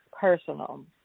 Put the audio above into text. personal